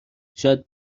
شاید